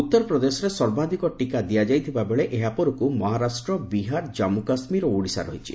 ଉତ୍ତର ପ୍ରଦେଶରେ ସର୍ବାଧିକ ଟିକା ଦିଆଯାଇଥିବାବେଳେ ଏହାପରକ୍ର ମହାରାଷ୍ଟ୍ର ବିହାର ଜାମ୍ମୁ କାଶ୍ମୀର ଓ ଓଡ଼ିଶା ରହିଛି